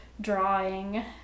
drawing